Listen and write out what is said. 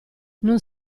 non